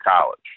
college